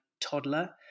toddler